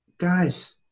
Guys